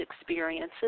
experiences